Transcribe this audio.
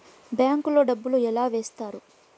bank లో డబ్బులు ఎలా వేస్తారు